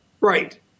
Right